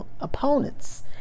opponents